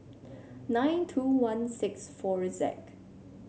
nine two one six four Z